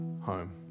home